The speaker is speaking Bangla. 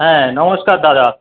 হ্যাঁ নমস্কার দাদা